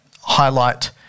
highlight